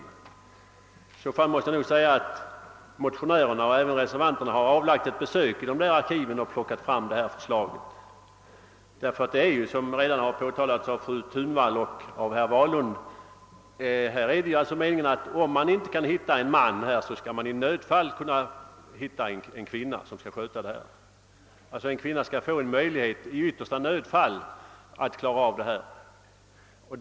I så fall måste jag förutsätta att motionärerna och reservanterna har avlagt ett besök i dessa arkiv och hämtat fram sitt förslag, ty som fru Thunvall och herr Wahlund framhållit är det ju meningen, att om man inte kan hitta en man skall man i nödfall kunna hitta en kvinna för att sköta ifrågavarande uppgifter. En kvinna skall alltså få möjligheten att i yttersta nödfall klara saken.